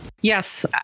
yes